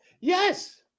Yes